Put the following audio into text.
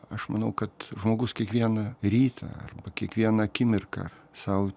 aš manau kad žmogus kiekvieną rytą arba kiekvieną akimirką sau